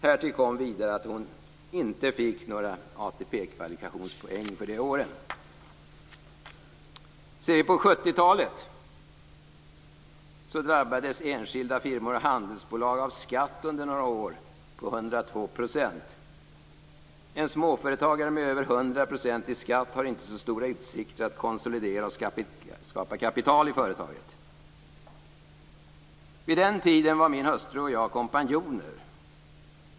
Härtill kom vidare att hon inte fick ATP-poäng för de åren. På 70-talet drabbades enskilda firmor och handelsbolag av skatt på 102 % under några år. En småföretagare med över 100 % i skatt har inte så stora utsikter att konsolidera och skapa kapital i företaget. Vid den tiden var min hustru och jag kompanjoner.